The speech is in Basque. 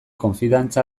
konfidantza